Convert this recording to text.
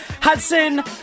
Hudson